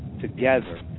together